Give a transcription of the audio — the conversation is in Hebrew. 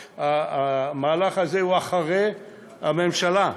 המהלך הזה הוא אחרי הממשלה.